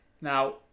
Now